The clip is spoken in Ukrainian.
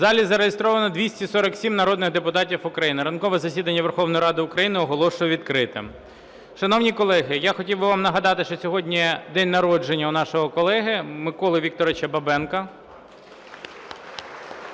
В залі зареєстровано 247 народних депутатів України. Ранкове засідання Верховної Ради України оголошую відкритим. Шановні колеги, я хотів би вам нагадати, що сьогодні день народження у нашого колеги Миколи Вікторовича Бабенка.